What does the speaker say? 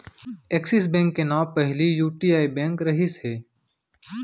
axis bank के नांव पहिली यूटीआई बेंक रहिस हे